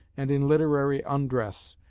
and in literary undress,